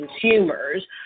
consumers